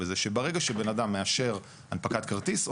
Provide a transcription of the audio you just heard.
שברגע שבן אדם מאשר הנפקת כרטיס,